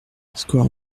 square